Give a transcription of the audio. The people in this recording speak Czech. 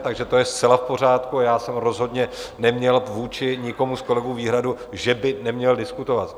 Takže to je zcela v pořádku a já jsem rozhodně neměl vůči nikomu z kolegů výhradu, že by neměl diskutovat.